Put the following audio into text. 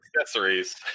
accessories